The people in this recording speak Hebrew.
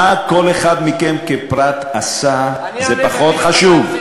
מה כל אחד מכם כפרט עשה, זה פחות חשוב.